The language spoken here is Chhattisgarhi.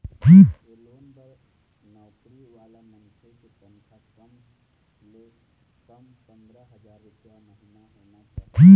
ए लोन बर नउकरी वाला मनखे के तनखा कम ले कम पंदरा हजार रूपिया महिना होना चाही